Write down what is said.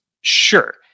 Sure